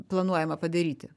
planuojama padaryti